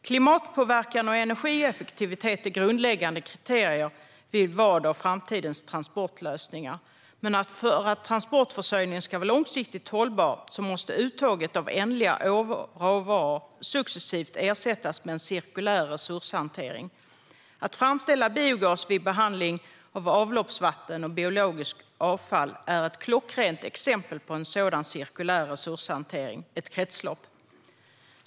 Klimatpåverkan och energieffektivitet är grundläggande kriterier vid val av framtidens transportlösningar. Men för att transportförsörjningen ska vara långsiktigt hållbar måste bruket av ändliga råvaror successivt ersättas med en cirkulär resurshantering. Att framställa biogas vid behandling av avloppsvatten och biologiskt avfall är ett klockrent exempel på en sådan cirkulär resurshantering - ett kretslopp.